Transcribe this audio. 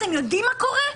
אתם יודעים מה קורה?